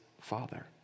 father